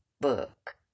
book